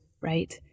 right